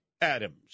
Adams